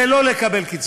זה לא לקבל קצבה.